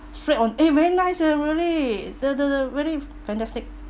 spread on eh very nice leh really the the the very fantastic